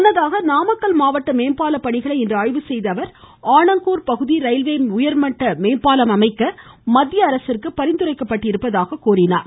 முன்னதாக நாமக்கல் மாவட்ட மேம்பால பணிகளை இன்று ஆய்வு செய்த அவர் ஆனங்கூர் பகுதியில் ரயில்வே உயர்மட்ட மேம்பாலம் அமைக்க மத்திய அரசிற்கு பரிந்துரைக்கப்பட்டுள்ளதாக கூறினார்